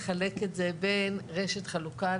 ייצגתי אותם בארץ ואילת אילות הרימו את הכפפה.